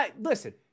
Listen